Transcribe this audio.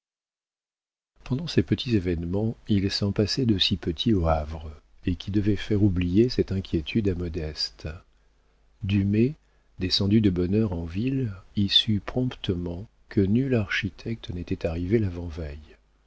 pendant ces petits événements il s'en passait d'aussi petits au havre et qui devaient faire oublier cette inquiétude à modeste dumay descendu de bonne heure en ville y sut promptement que nul architecte n'était arrivé l'avant-veille